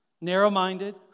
narrow-minded